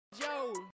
Joe